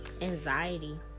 anxiety